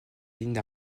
ligne